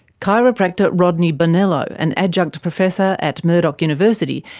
chiropractor rodney bonello, an adjunct professor at murdoch university,